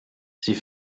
sie